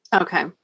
Okay